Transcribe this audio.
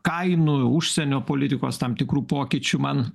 kainų užsienio politikos tam tikrų pokyčių man